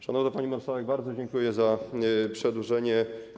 Szanowna pani marszałek, bardzo dziękuję za przedłużenie.